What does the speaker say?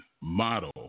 model